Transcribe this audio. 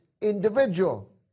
individual